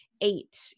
eight